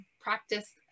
practice